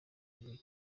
ibi